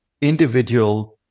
individual